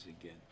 again